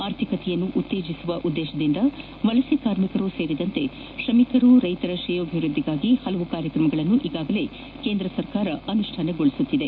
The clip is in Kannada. ಆರ್ಥಿಕತೆಯನ್ನು ಉತ್ತೇಜಿಸುವ ಉದ್ದೇಶದಿಂದ ವಲಸೆ ಕಾರ್ಮಿಕರನ್ನೊಳಗೊಂಡಂತೆ ಶ್ರಮಿಕರು ರೈತರ ಶ್ರೇಯೋಭಿವೃದ್ದಿಗಾಗಿ ಹಲವು ಕಾರ್ಯಕ್ರಮಗಳನ್ನು ಈಗಾಗಲೇ ಕೇಂದ್ರ ಸರ್ಕಾರ ಅನುಷ್ಠಾನಗೊಳಿಸುತ್ತಿದೆ